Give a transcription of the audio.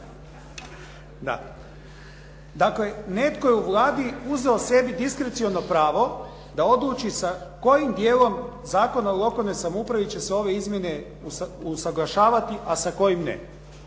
Dakle, netko je u Vladi uzeo sebi diskreciono pravo da odluči sa kojim djelom Zakona o lokalnoj samoupravi će se ove izmjene usaglašavati a sa kojima ne.